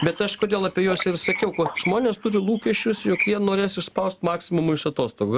bet aš kodėl apie juos ir sakiau žmonės turi lūkesčius jog jie norės išspaust maksimumą iš atostogų